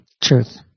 truth